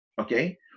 okay